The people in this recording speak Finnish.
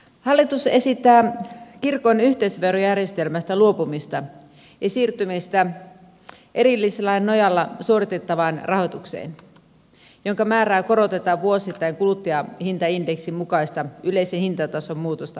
hallitus esittää kirkon yhteisöverojärjestelmästä luopumista ja siirtymistä erillislain nojalla suoritettavaan rahoitukseen jonka määrää korotetaan vuosittain kuluttajahintaindeksin mukaista yleisen hintatason muutosta vastaavasti